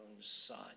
son